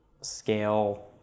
scale